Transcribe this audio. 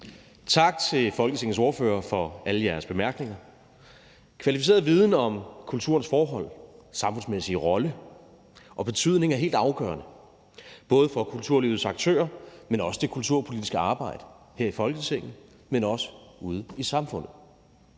Tak til Folketingets ordførere for alle jeres bemærkninger. Kvalificeret viden om kulturens forhold og samfundsmæssige rolle og betydning er helt afgørende både for kulturlivets aktører, men også for det kulturpolitiske arbejde her i Folketinget og ude i samfundet.